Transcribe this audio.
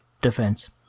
defense